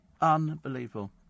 Unbelievable